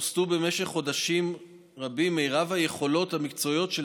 הוסטו במשך חודשים רבים מרב היכולות המקצועיות של